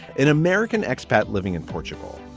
an american expat living in portugal.